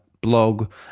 blog